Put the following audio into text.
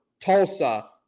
Tulsa